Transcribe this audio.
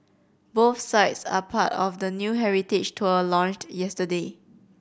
both sites are part of a new heritage tour launched yesterday